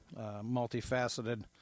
multifaceted